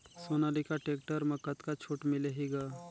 Sonalika tractor म कतका छूट मिलही ग?